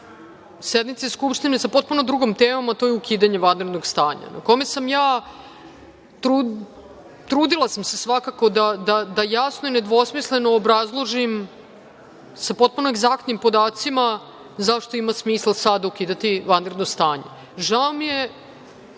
sednici Skupštine sa potpuno drugom temom, a to je ukidanje vanrednog stanja. Trudila sam se da jasno i nedvosmisleno obrazložim, sa potpuno egzaktnim podacima zašto ima smisla sada ukidati vanredno stanje. Žao mi je